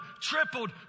tripled